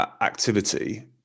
activity